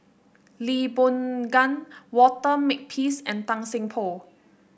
Lee Boon Ngan Walter Makepeace and Tan Seng Poh